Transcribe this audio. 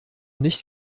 nicht